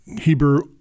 Hebrew